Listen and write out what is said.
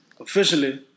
officially